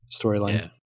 storyline